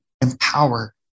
empower